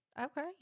Okay